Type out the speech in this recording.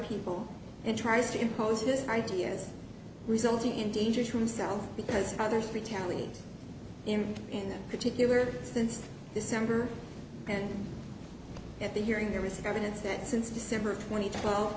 people and tries to impose his ideas resulting in danger to himself because others retaliate and in particular since december and at the hearing there was evidence that since december twenty